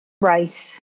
rice